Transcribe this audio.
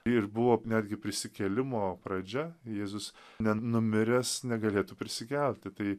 ir buvo netgi prisikėlimo pradžia jėzus nenumiręs negalėtų prisikelti tai